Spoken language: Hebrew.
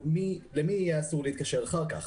למי יהיה אסור להתקשר אחר כך.